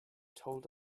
told